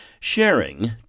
sharing